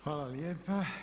Hvala lijepa.